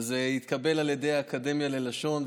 וזה התקבל על ידי האקדמיה ללשון.